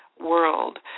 world